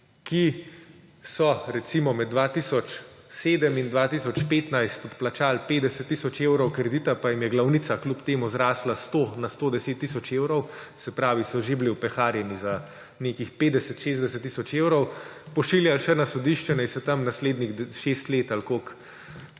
ki so, recimo, med 2007 in 2015 odplačali 50 tisoč evrov kredita, pa jim je glavnica kljub temu zrasla na 100, 110 tisoč evrov ‒ se pravi, so bili že opeharjeni za nekih 50, 60 tisoč evrov –, pošiljali še na sodišče, naj se tam naslednjih 6 let ali koliko